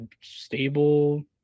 stable